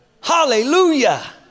Hallelujah